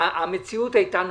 המציאות הייתה נוראה.